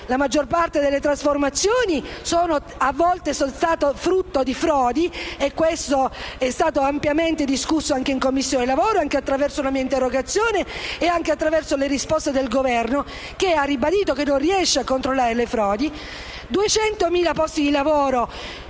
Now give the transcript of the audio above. la maggior parte delle trasformazioni a volte è stata frutto di frodi, e questo è stato ampiamente discusso anche in Commissione lavoro, anche attraverso la mia interrogazione e con le risposte del Governo che ha ribadito che non riesce a controllare le frodi.